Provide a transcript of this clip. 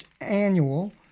annual